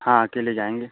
हाँ अकेले जाएँगे